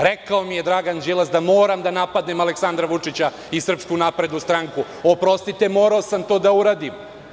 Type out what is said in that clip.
Rekao mi je Dragan Đilas da moram da napadnem Aleksandra Vučića i SNS, oprostite morao sam to da uradim.